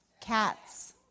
Cats